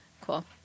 Cool